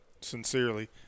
sincerely